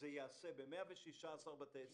זה ייעשה ב-116 בתי ספר,